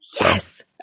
Yes